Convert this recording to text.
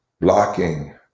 blocking